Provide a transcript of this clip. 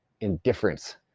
indifference